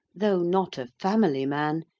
though not a family man,